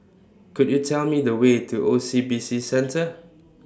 Could YOU Tell Me The Way to O C B C Centre